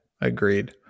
agreed